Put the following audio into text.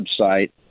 website